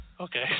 okay